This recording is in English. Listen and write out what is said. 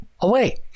away